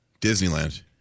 Disneyland